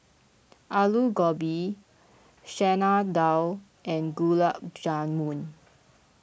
Alu Gobi Chana Dal and Gulab Jamun